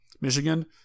Michigan